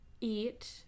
eat